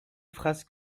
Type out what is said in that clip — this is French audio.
phrases